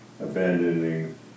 abandoning